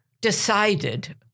decided